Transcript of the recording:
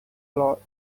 lot